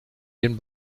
den